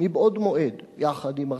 מבעוד מועד, יחד עם ארצות-הברית,